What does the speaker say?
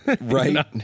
Right